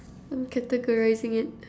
I'm categorizing it